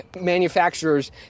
manufacturers